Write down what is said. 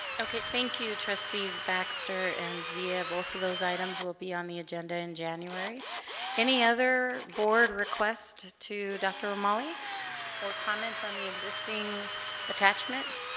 okay thank you trustees baxter and zia both of those items will be on the agenda in january any other board requests to dr. o'malley or comments on the existing attachment